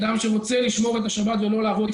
אדם שרוצה לשמור את השבת ולא לעבוד,